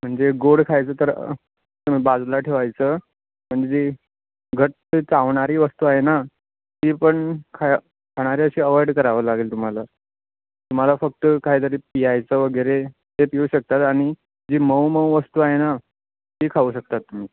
म्हणजे गोड खायचं तर तुम्ही बाजूला ठेवायचं म्हणजे जी घट्ट चावणारी वस्तू आहे ना ती पण खाय खाणारे अशी अवॉइड करावं लागेल तुम्हाला तुम्हाला फक्त काही तरी प्यायचं वगैरे ते पिऊ शकतात आणि जी मऊ मऊ वस्तू आहे ना ती खाऊ शकतात तुम्ही